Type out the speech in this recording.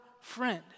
friend